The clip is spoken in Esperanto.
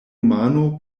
mano